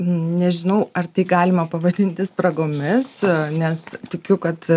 nežinau ar tai galima pavadinti spragomis nes tikiu kad